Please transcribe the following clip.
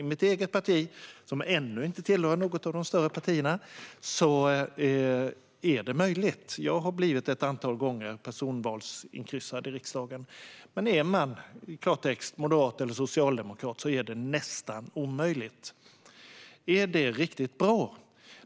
I mitt eget parti, som ännu inte tillhör de större, är det möjligt. Jag har ett antal gånger blivit personvalsinkryssad i riksdagen. Men är man - i klartext - moderat eller socialdemokrat är det nästan omöjligt. Är det riktigt bra?